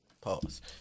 Pause